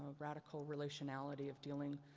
radical realationality of dealing